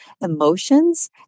emotions